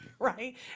right